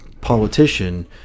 politician